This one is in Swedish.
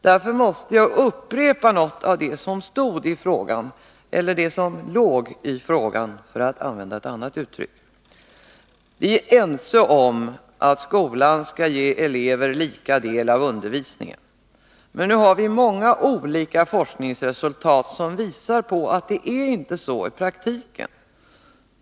Därför vill jag upprepa något av det som stod i frågan — eller som låg i frågan, för att använda ett annat uttryck. Vi är ense om att skolan skall ge eleverna lika del av undervisningen. Men nu visar många olika forskningsresultat att det inte är så i praktiken.